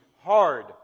hard